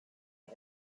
had